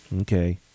Okay